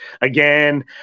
again